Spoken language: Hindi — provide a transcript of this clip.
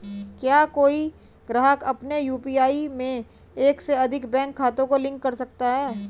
क्या कोई ग्राहक अपने यू.पी.आई में एक से अधिक बैंक खातों को लिंक कर सकता है?